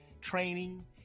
training